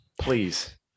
Please